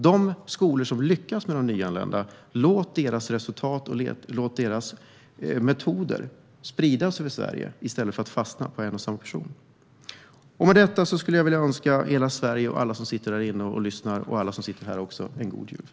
Låt resultaten och metoderna i de skolor som lyckas med de nyanlända spridas över Sverige i stället för att fastna hos en och samma person. Med detta, fru talman, vill jag önska hela Sverige och alla som sitter här inne en god jul.